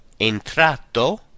Entrato